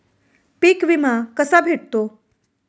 पीक विमा कसा भेटतो?